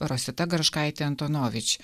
rosita garškaitė antonovič